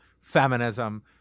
feminism